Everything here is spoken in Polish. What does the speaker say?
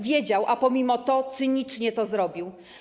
Wiedział, a pomimo to cynicznie to zrobił.